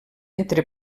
entre